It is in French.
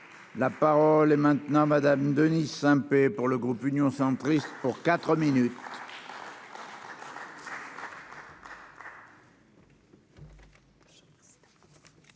La parole est maintenant madame Denise Saint-Pé pour le groupe Union centriste pour 4 minutes.